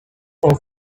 for